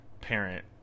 parent